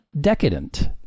decadent